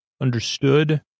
Understood